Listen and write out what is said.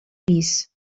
pis